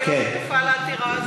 אני לא שותפה לעתירה הזאת.